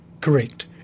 Correct